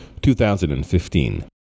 2015